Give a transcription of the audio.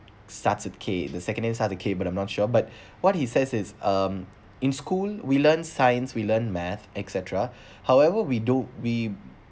starts with K the second name start with K but I'm not sure but what he says is um in school we learn science we learn math et cetera however we don't we